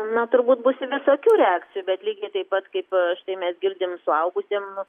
na turbūt bus visokių reakcijų bet lygiai taip pat kaip štai mes girdim suaugusiem